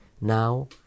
Now